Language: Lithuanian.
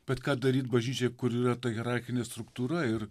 bet ką daryt bažnyčiai kuri yra ta hierarchinė struktūra ir